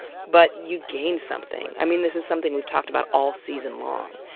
but you gain something. i mean, this is something we've talked about all season long,